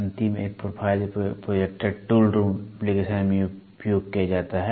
अंतिम एक profile projector tool room application में उपयोग किया जाता है